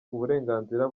uburenganzira